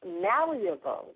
malleable